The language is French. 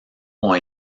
ont